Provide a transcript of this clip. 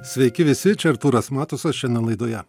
sveiki visi čia artūras matusas šiandien laidoje